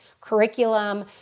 curriculum